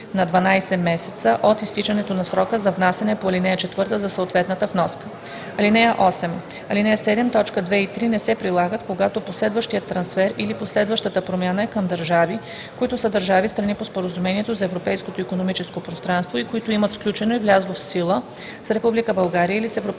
на 12 месеца от изтичането на срока за внасяне по ал. 4 за съответната вноска. (8) Алинея 7, т. 2 и 3 не се прилагат, когато последващият трансфер или последващата промяна е към държави, които са държави – страни по Споразумението за Европейското икономическо пространство, и които имат сключено и влязло в сила с Република България или с